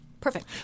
Perfect